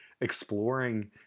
exploring